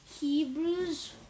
Hebrews